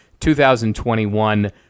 2021